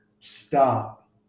stop